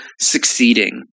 succeeding